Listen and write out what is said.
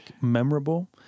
memorable